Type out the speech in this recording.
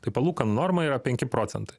tai palūkanų norma yra penki procentai